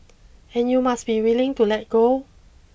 and you must be willing to let go